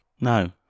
No